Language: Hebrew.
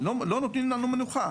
לא נותנים לנו מנוחה.